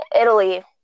Italy